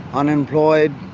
unemployed.